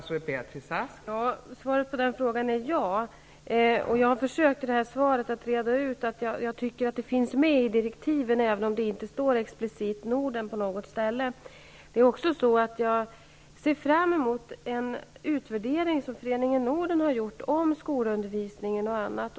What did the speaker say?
Fru talman! Svaret på den frågan är ja. I svaret har jag försökt reda ut att jag tycker att detta finns med i direktiven även om det inte explicit står Norden på något ställe. Jag ser också fram emot en utvärdering som Föreningen Norden har gjort om skolundervisningen och annat.